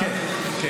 כן.